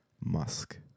Musk